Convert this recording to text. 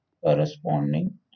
Corresponding